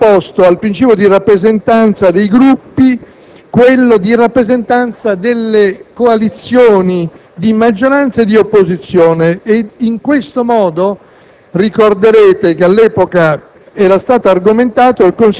in maniera evidente anteposto al principio di rappresentanza dei Gruppi quello di rappresentanza delle coalizioni di maggioranza e di opposizione. Ricorderete che all'epoca